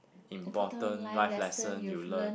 important life lesson you learn